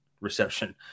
reception